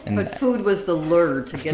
and but food was the lure to get